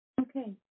Okay